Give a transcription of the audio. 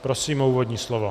Prosím o úvodní slovo.